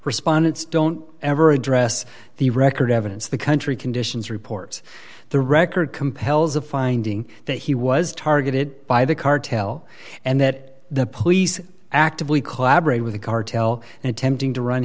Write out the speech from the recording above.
respondents don't ever address the record evidence the country conditions reports the record compels a finding that he was targeted by the cartel and that the police actively collaborate with the cartel and attempting to run